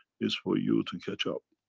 it's for you to catch up.